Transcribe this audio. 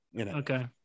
Okay